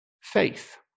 faith